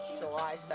July